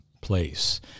place